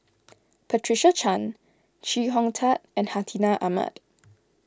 Patricia Chan Chee Hong Tat and Hartinah Ahmad